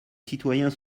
citoyens